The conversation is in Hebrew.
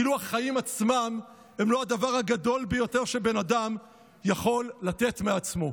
כאילו החיים עצמם הם לא הדבר הגדול ביותר שבן אדם יכול לתת מעצמו?